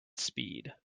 speed